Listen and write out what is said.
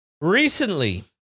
recently